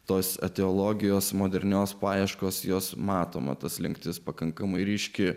tos etiologijos modernios paieškos jos matoma ta slinktis pakankamai ryški